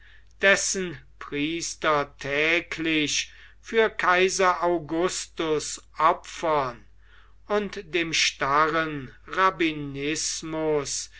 dessen priester täglich für kaiser augustus opfern und dem starren rabbinismus